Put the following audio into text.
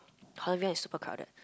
Holland-V one is super crowded